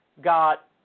got